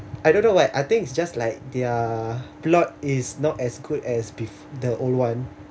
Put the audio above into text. I don't know why I think it's just like their plot is not as good as the old one